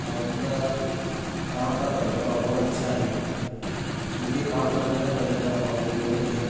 اور ان کا کام کا تجربہ بہت اچھا ہے ان کے کام کرنے کا طریقہ بہت ہی یونیک ہے